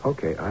Okay